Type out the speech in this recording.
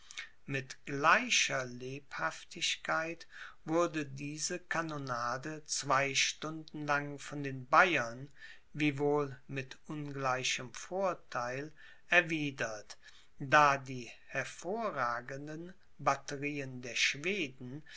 mit gleicher lebhaftigkeit wurde diese kanonade zwei stunden lang von den bayern wiewohl mit ungleichem vortheil erwiedert da die hervorragenden batterieen der schweden